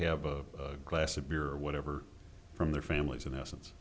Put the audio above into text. have a glass of beer or whatever from their families in essence